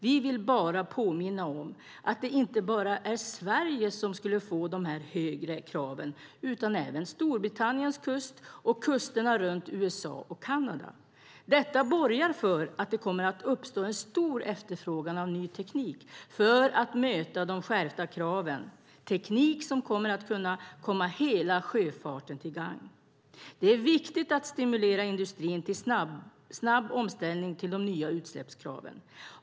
Vi vill bara påminna om att det är inte bara Sverige som skulle få de högre kraven utan även Storbritanniens kust och kusterna runt USA och Kanada. Detta borgar för att det kommer att uppstå en stor efterfrågan på ny teknik för att möta de skärpta kraven - teknik som kan komma hela sjöfarten till gagn. Det är viktigt att stimulera industrin till en snabb omställning till de nya utsläppskraven.